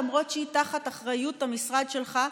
למרות שהיא תחת אחריות המשרד שלך,